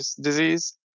disease